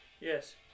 Yes